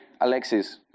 Alexis